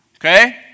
Okay